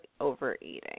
overeating